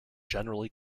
generally